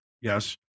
Yes